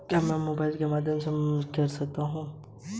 क्या मैं मोबाइल के माध्यम से मासिक प्रिमियम का भुगतान कर सकती हूँ?